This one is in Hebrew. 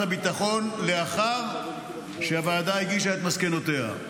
הביטחון לאחר שהוועדה הגישה את מסקנותיה.